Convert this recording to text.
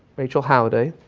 rachel holiday,